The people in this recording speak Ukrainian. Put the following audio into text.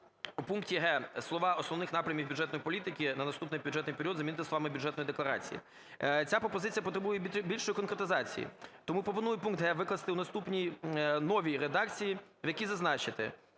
у пункті г) слова "основних напрямів бюджетної політики на наступний бюджетний період" замінити словами "Бюджетної декларації". Ця пропозиція потребує більшої конкретизації, тому пропоную пункт "г" викласти в наступній новій редакції, в якій зазначити,